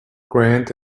grant